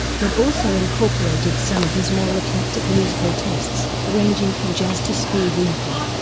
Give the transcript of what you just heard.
but also incorporated some of his more eclectic musical tastes, ranging from jazz to speed metal.